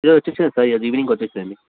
ఈరోజు వచ్చేయండి సార్ ఈరోజు ఈవినింగ్ వచ్చేయండి